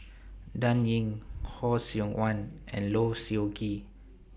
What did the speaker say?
Dan Ying Khoo Seok Wan and Low Siew Nghee